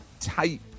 tight